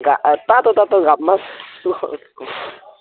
ता तातो तातो घाममा सु